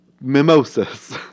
Mimosas